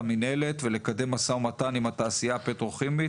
המינהלת ולקדם משא ומתן עם התעשייה הפטרוכימית,